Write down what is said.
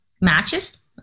matches